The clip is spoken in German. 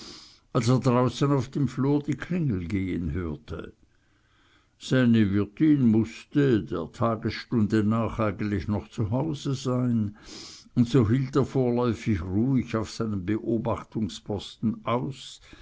er draußen auf dem flur die klingel gehen hörte seine wirtin mußte der tagesstunde nach eigentlich noch zu hause sein und so hielt er vorläufig ruhig auf seinem beobachtungsposten aus